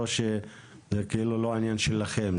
או שזה לא עניין שלכם,